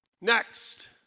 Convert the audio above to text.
Next